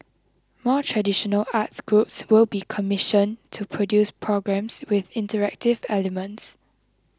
more traditional arts groups will be commissioned to produce programmes with interactive elements